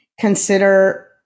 consider